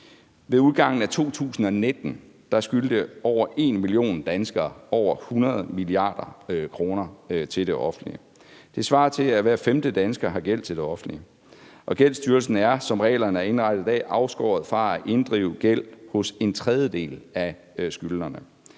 Ved udgangen af 2019 skyldte over 1 million danskere over 100 mia. kr. til det offentlige. Det svarer til, at hver femte dansker har gæld til det offentlige. Gældsstyrelsen er, som reglerne er indrettet i dag, afskåret fra at inddrive gæld hos en tredjedel af skyldnerne.